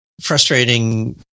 frustrating